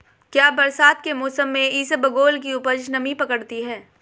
क्या बरसात के मौसम में इसबगोल की उपज नमी पकड़ती है?